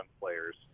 players